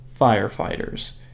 firefighters